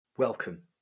Welcome